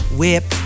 whip